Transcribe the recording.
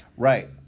Right